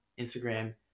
Instagram